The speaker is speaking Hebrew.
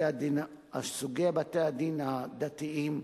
סוגי בתי-הדין הדתיים,